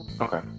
Okay